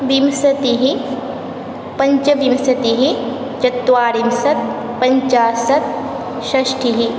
विंशतिः पञ्चविंशतिः चत्वारिंशत् पञ्चाशत् षष्टिः